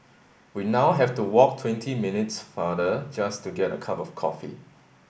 we now have to walk twenty minutes farther just to get a cup of coffee